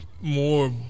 more